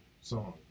song